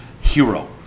hero